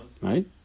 Right